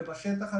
ובשטח,